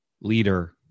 leader